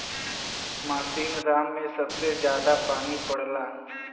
मासिनराम में सबसे जादा पानी पड़ला